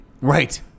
Right